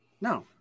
No